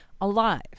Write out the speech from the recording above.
alive